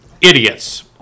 idiots